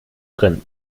drin